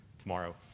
tomorrow